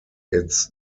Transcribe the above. its